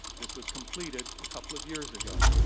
this was completed a couple of years ago.